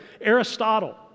Aristotle